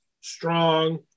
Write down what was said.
strong